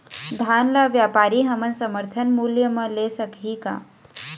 धान ला व्यापारी हमन समर्थन मूल्य म ले सकही का?